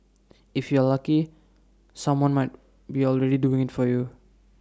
if you are lucky someone might be already doing IT for you